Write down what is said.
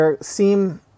seem